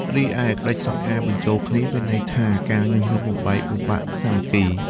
រីឯ ក្ដិចសង្អារបញ្ចូលគ្នា មានអត្ថន័យថា ការញុះញង់បំបែកបំបាក់សាមគ្គី ។